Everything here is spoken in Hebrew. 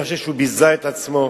אני חושב שהוא ביזה את עצמו.